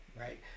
right